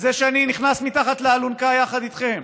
על זה שאני נכנס מתחת לאלונקה יחד איתכם?